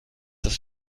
ist